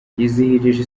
yizihirije